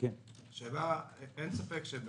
אין ספק,